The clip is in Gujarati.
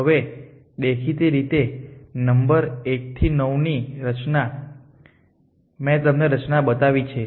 હવે દેખીતી રીતે નંબર 1 થી 9 ની રચના મેં તમને રચના બતાવી છે